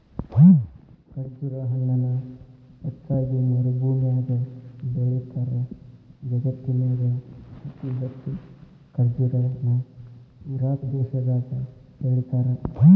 ಖರ್ಜುರ ಹಣ್ಣನ ಹೆಚ್ಚಾಗಿ ಮರಭೂಮ್ಯಾಗ ಬೆಳೇತಾರ, ಜಗತ್ತಿನ್ಯಾಗ ಅತಿ ಹೆಚ್ಚ್ ಖರ್ಜುರ ನ ಇರಾಕ್ ದೇಶದಾಗ ಬೆಳೇತಾರ